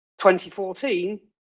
2014